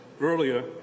earlier